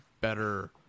better